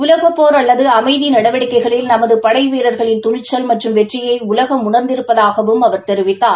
உலகப்போர் அல்லது அமைதி நடவடிக்கைகளில் நமது பனடவீரர்களின் துணிச்சல் மற்றும் வெற்றியை உலகம் உணர்ந்திருப்பதாகவும் அவர் தெரிவித்தார்